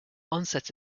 onset